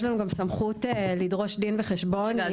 יש לנו גם סמכות לדרוש דין וחשבון -- רגע,